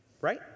Right